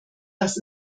das